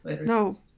No